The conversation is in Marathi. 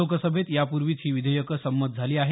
लोकसभेत यापूर्वीच ही विधेयकं संमत झाली आहेत